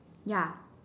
ya